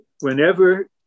Whenever